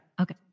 Okay